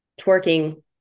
twerking